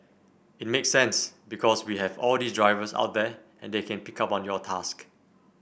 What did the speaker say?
it makes sense because we have all these drivers out there and they can pick up on your task